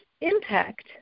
impact